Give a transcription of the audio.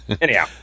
Anyhow